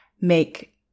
make